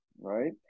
right